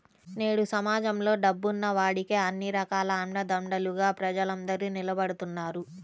నేడు సమాజంలో డబ్బున్న వాడికే అన్ని రకాల అండదండలుగా ప్రజలందరూ నిలబడుతున్నారు